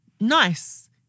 nice